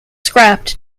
scrapped